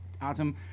Adam